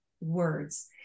words